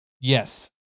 yes